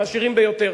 לעשירים ביותר.